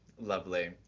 lovely